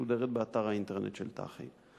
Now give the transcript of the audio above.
שמשודרת באתר האינטרנט של הטלוויזיה החינוכית,